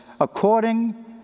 according